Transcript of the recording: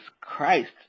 Christ